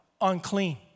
unclean